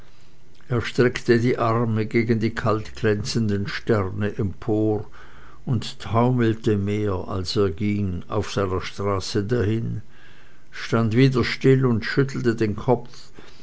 er streckte die arme gegen die kalt glänzenden sterne empor und taumelte mehr als er ging auf seiner straße dahin stand wieder still und schüttelte den kopf